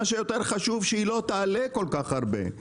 מה שחשוב שהיא לא תעלה כל כך הרבה.